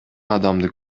адамды